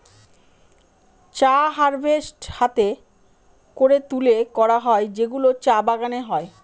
চা হারভেস্ট হাতে করে তুলে করা হয় যেগুলো চা বাগানে হয়